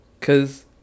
Cause